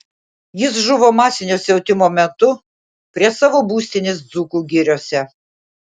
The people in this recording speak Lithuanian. jis žuvo masinio siautimo metu prie savo būstinės dzūkų giriose